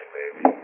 baby